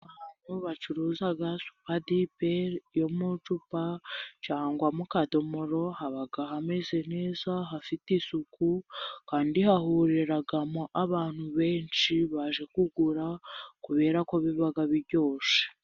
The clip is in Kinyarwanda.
Ahantu bacuruza supadipe yo mu icupa cyangwa mu kadomoro, haba hameze neza hafite isuku, kandi hahuriramo abantu benshi baje kugura kubera ko biba biryoshye.